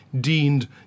deemed